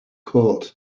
court